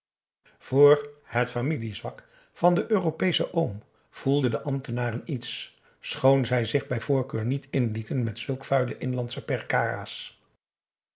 voor het familiezwak van den europeeschen oom voelden de ambtenaren iets schoon zij zich bij voorkeur niet inlieten met zulke vuile inlandsche perkara's